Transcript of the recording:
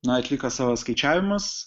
na atliko savo skaičiavimus